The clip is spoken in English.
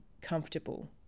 comfortable